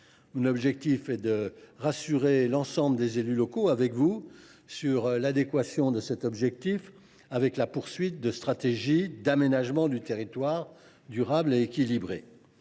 Mon objectif est de rassurer l’ensemble des élus locaux sur l’adéquation de cet objectif avec la poursuite de stratégies d’aménagement du territoire durables et équilibrées.